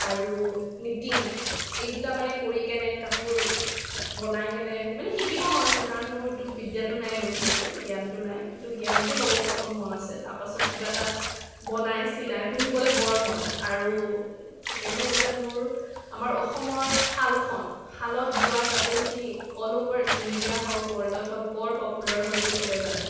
আৰু নিটিং এই দুটা মানে কৰিকেনে কাপোৰ বনাই কেনে মানে শিকিব মন আছে কাৰণ মোৰ এইটো বিদ্যাটো নাই এই বস্তুটোৰ জ্ঞানটো নাই এইটো জ্ঞানটো ল'ব প্ৰথম মন আছে তাৰপিছত কিবা এটা বনাই চিলাই পিন্ধিবলৈ বৰ মন আৰু ছেকেণ্ড হ'ল যে মোৰ আমাৰ অসমৰ শালখন শালত বোৱা কাপোৰখিনি অল অভাৰ ইণ্ডিয়া হওক ৱৰ্ল্ডত হওক বৰ পপুলাৰ হয় সেইটো চবে জানে